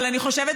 אבל אני חושבת,